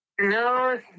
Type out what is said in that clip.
No